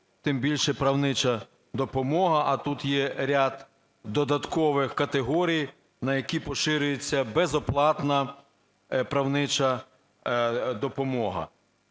тим більше правнича допомога, а тут є ряд додаткових категорій, на які поширюється безоплатна правнича допомога.